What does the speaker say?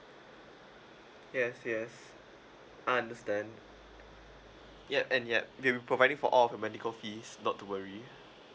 yes yes I understand yeah and yeah they'll be providing for all of your medical fees not to worry